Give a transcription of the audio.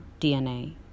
DNA